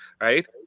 Right